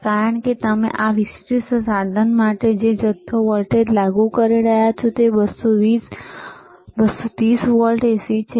કારણ કે તમે આ વિશિષ્ટ સાધન માટે જે જથ્થો વોલ્ટેજ લાગુ કરી રહ્યા છો તે 230 વોલ્ટ AC છે